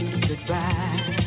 goodbye